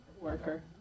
worker